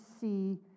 see